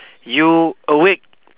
you awake